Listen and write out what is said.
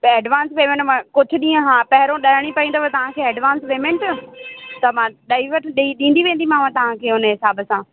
त advance payment में मां कुझु ॾींह हा पहिरियों ॾियणीं पवंदव तव्हांखे एडवांस पेमेंट त मां ॾई वठ ॾी ॾींदी वेंदीमाव तव्हांखे हुन हिसाब सां